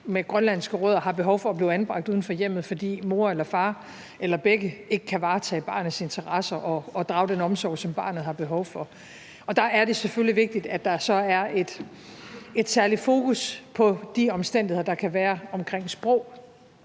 med grønlandske rødder har behov for at blive anbragt uden for hjemmet, fordi moren eller faren eller begge ikke kan varetage barnets interesser og drage den omsorg, som barnet har behov for. Og der er det selvfølgelig vigtigt, at der så er et særligt fokus på de omstændigheder, der kan være omkring sprog.